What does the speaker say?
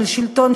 של שלטון,